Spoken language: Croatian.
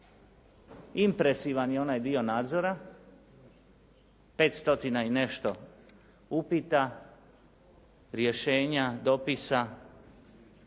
Impresivan je onaj dio nadzora, 5 stotina i nešto upita, rješenja, dopisa.